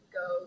go